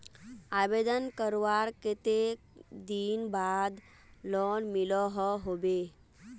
आवेदन करवार कते दिन बाद लोन मिलोहो होबे?